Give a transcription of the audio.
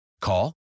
Call